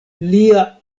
lia